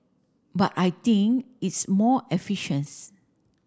but I think it's more